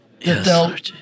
Yes